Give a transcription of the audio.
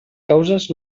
causes